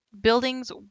Buildings